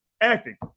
acting